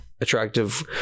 attractive